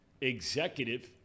executive